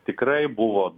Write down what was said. tikrai buvo